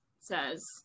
says